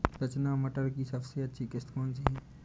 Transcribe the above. रचना मटर की सबसे अच्छी किश्त कौन सी है?